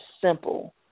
simple